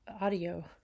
audio